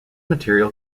material